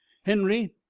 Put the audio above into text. henry,